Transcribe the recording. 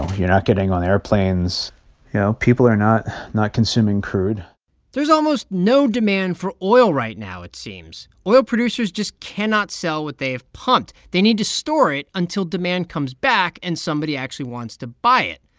you're not getting on airplanes you know, people are not not consuming crude there's almost no demand for oil right now, it seems. oil producers just cannot sell what they have pumped. they need to store it until demand comes back and somebody actually wants to buy it.